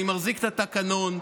אני מחזיק את התקנון.